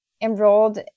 enrolled